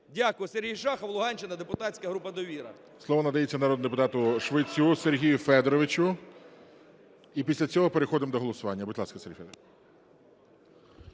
Дякую. Сергій Шахов, Луганщина, депутатська група "Довіра". ГОЛОВУЮЧИЙ. Слово надається народному депутату Швецю Сергію Федоровичу. І після цього переходимо до голосування. Будь ласка, Сергій Федорович.